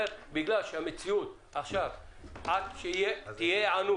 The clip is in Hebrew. באת בסוף השיעור ולא אפתח את השיעור מחדש.